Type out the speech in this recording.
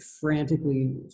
frantically